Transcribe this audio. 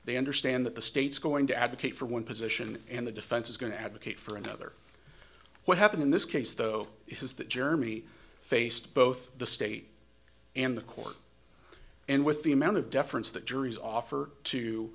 they understand that the state's going to advocate for one position and the defense is going to advocate for another what happened in this case though is that germany faced both the state and the court and with the amount of deference that juries offer to